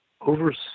over